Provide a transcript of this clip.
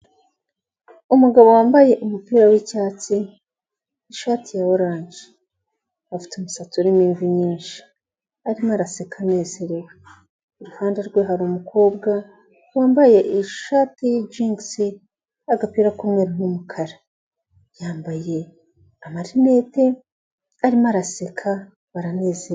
Umugabo wambaye umupira w'icyatsi n'ishati ya oranje. Afite umusatsi urimo imvi nyinshi, arimo araseka anezerewe, iruhande rwe hari umukobwa wambaye ishati y'ijingisi agapira k'umweru n'umukara, yambaye amarineti arimo araseka baranezerewe.